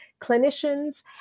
clinicians